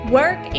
work